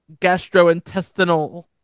gastrointestinal